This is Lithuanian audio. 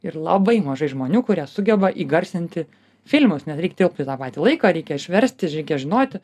ir labai mažai žmonių kurie sugeba įgarsinti filmus nes reikia tilpt į tą patį laiką reikia išversti reikia žinoti